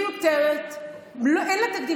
מיותרת, אין לה תקדים.